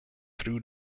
through